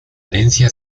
herencia